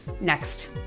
Next